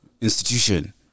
institution